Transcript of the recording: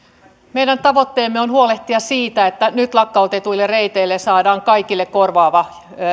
meidän tavoitteemme on huolehtia siitä että nyt lakkautetuille reiteille saadaan kaikille korvaava